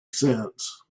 sense